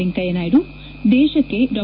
ವೆಂಕಯ್ಲನಾಯ್ಡು ದೇಶಕ್ಕೆ ಡಾ